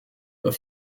but